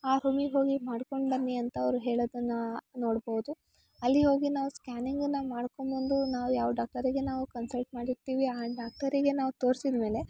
ಆ ರೂಮಿಗೆ ಹೋಗಿ ಮಾಡ್ಕೊಂಡು ಬನ್ನಿ ಅಂತ ಅವರು ಹೇಳೋದನ್ನು ನೋಡ್ಬೌದು ಅಲ್ಲಿ ಹೋಗಿ ನಾವು ಸ್ಕ್ಯಾನಿಂಗನ್ನು ಮಾಡ್ಕೊಂಡ್ ಬಂದು ನಾವು ಯಾವ ಡಾಕ್ಟರಿಗೆ ನಾವು ಕನ್ಸಲ್ಟ್ ಮಾಡಿರ್ತೀವಿ ಆ ಡಾಕ್ಟರಿಗೆ ನಾವು ತೋರ್ಸಿದ ಮೇಲೆ